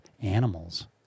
animals